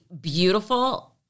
beautiful